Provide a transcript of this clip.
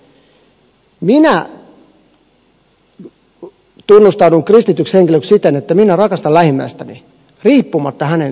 minä tunnustaudun kristityksi henkilöksi siten että minä rakastan lähimmäistäni riippumatta hänen suuntautuneisuudestaan tai arvoistaan tai muista